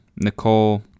Nicole